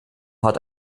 hat